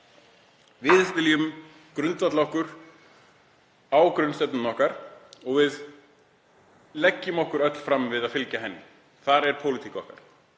Við viljum grundvalla okkur á grunnstefnu okkar og við leggjum okkur öll fram við að fylgja henni. Þar er pólitík okkar.